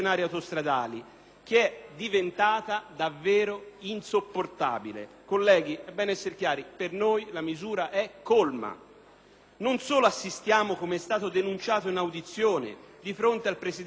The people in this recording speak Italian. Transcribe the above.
che ediventata davvero insopportabile. Colleghi, e bene esser chiari: per noi la misura e` colma. Non solo assistiamo, com’estato denunciato in audizione di fronte al presidente di ANAS,